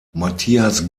matthias